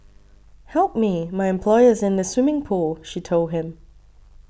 help me my employer is in the swimming pool she told him